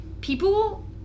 People